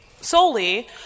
solely